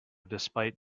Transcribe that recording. despite